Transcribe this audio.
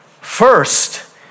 First